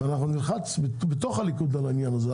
אנחנו נלחץ בתוך הליכוד על העניין הזה,